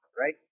right